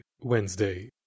Wednesday